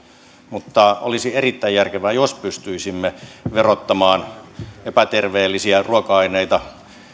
mutta olisi erittäin järkevää jos pystyisimme verottamaan epäterveellisiä ruoka aineita